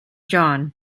john